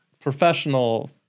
professional